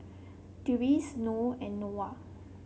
Deris Noh and Noah